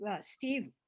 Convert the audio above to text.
Steve